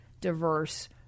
diverse